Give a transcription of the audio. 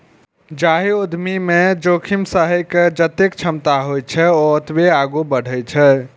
जाहि उद्यमी मे जोखिम सहै के जतेक क्षमता होइ छै, ओ ओतबे आगू बढ़ै छै